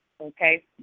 Okay